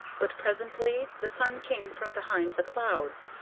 but presently the sun came from behind the clouds,